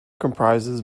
comprises